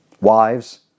Wives